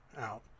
out